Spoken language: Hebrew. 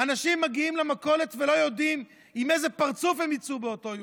אנשים מגיעים למכולת ולא יודעים עם איזה פרצוף הם יצאו באותו יום,